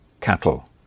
cattle